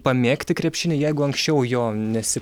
pamėgti krepšinį jeigu anksčiau jo nesi